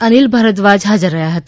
અનિલ ભારદ્વાજ હાજર રહ્યા હતા